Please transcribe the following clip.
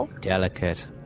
delicate